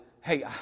Hey